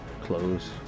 Close